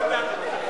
רביעית,